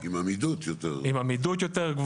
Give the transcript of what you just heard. עם עמידות יותר גבוהה,